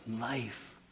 life